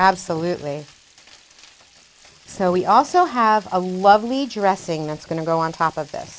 absolutely so we also have a lovely dressing that's going to go on top of